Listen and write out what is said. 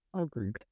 agreed